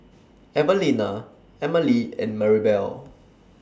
Evelena Emely and Maribel